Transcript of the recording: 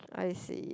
I see